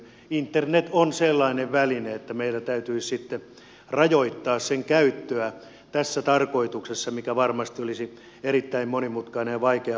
internet on sellainen väline että meillä täytyisi sitten rajoittaa sen käyttöä tässä tarkoituksessa mikä varmasti olisi erittäin monimutkainen ja vaikea prosessi